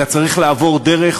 אלא צריך לעבור דרך,